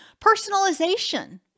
Personalization